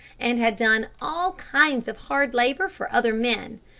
and had done all kinds of hard labor for other men.